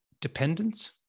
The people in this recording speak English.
dependence